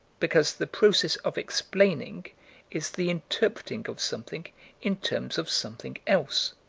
because the process of explaining is the interpreting of something in terms of something else.